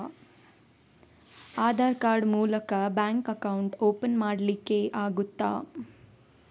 Aadhaar card ಮೂಲಕ bank account open ಮಾಡಲಿಕ್ಕೆ ಆಗುತಾ?